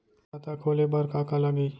खाता खोले बार का का लागही?